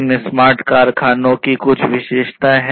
इन smart कारखानों की कुछ विशेषताएं हैं